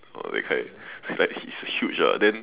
or that kind it's like he's huge lah then